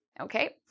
Okay